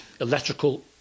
electrical